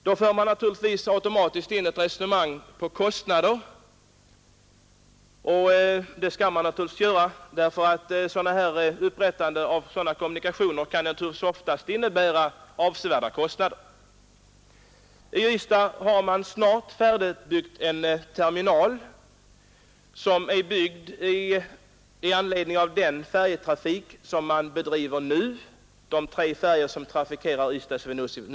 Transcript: Man för naturligtvis automatiskt in diskussionen på kostnader, och det skall man göra därför att upprättandet av dylika kommunikationer oftast innebär avsevärda kostnader. I Ystad har man snart färdig en terminal, som är byggd med anledning av den färjetrafik man redan bedriver dvs. för de tre färjor som nu trafikerar linjen Ystad —Swinoujscie.